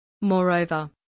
Moreover